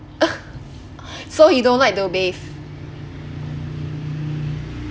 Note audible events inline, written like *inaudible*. *laughs* so he don't like to bath